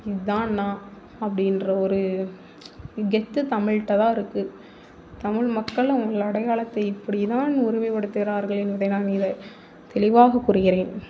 இதுதான் நான் அப்படின்ற ஒரு கெத்து தமிழ்கிட்டதான் இருக்குது தமிழ் மக்களும் அவங்க அடையாளத்தை இப்படிதான் உரிமைப்படுத்துகிறார்கள் என்பதை தெளிவாக புரிகிறேன்